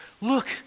look